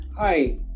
Hi